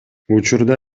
учурда